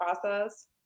process